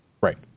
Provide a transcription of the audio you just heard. right